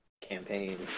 campaign